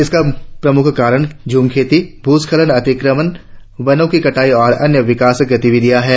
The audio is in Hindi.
इसका प्रमुख कारण झूम खेती भूस्खलन अतिक्रमण वनों की कटाई और अन्य विकास गतिविधियां हैं